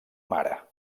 mare